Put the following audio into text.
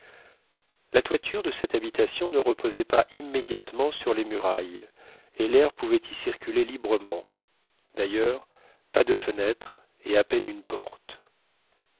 la toiture de cette habitation ne reposait pas immédiatement sur les murailles et l'air pouvait y circuler librement d'ailleurs pas de fenêtres et à peine une porte